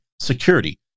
Security